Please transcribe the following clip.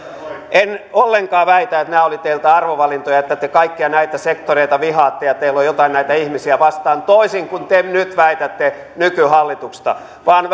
en ollenkaan väitä että nämä olivat teiltä arvovalintoja että te kaikkia näitä sektoreita vihaatte ja teillä on jotain näitä ihmisiä vastaan toisin kuin te nyt väitätte nykyhallituksesta vaan